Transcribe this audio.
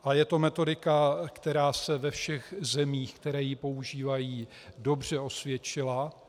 A je to metodika, která se ve všech zemích, které ji používají, dobře osvědčila.